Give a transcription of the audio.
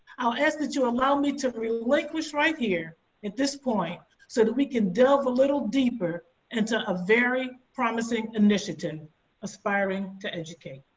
ah as the to allow me to relinquish right here at this point so that we can delve a little deeper into a very promising initiative aspiring to educate.